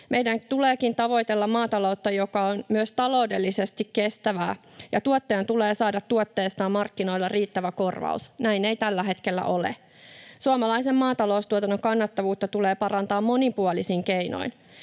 Meidän tuleekin tavoitella maataloutta, joka on myös taloudellisesti kestävää, ja tuottajan tulee saada tuotteistaan markkinoilla riittävä korvaus. Näin ei tällä hetkellä ole. Suomalaisen maataloustuotannon kannattavuutta tulee parantaa monipuolisin keinoin.